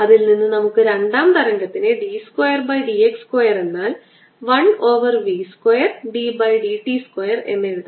അതിൽ നിന്ന് നമുക്ക് രണ്ടാം തരംഗത്തിനെ d square by d x square എന്നാൽ 1 over v square d by d t square എന്നെഴുതാം